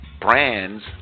Brands